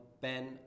Ben